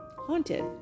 haunted